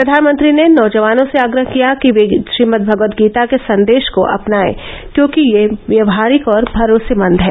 प्रधानमंत्री ने नौजवानों से आग्रह किया कि ये श्रीमदभगवतगीता के संदेश को अपनायें क्योंकि यह व्यावहारिक और भरोसेमंद है